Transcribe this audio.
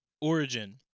Origin